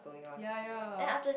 ya ya